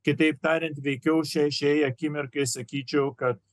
kitaip tariant veikiau šiai akimirkai sakyčiau kad